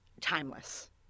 timeless